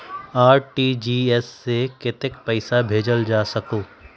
RTGS से कतेक पैसा भेजल जा सकहु???